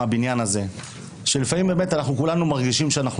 מהבניין הזה שלפעמים באמת אנחנו כולנו מרגישים שאנחנו